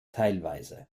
teilweise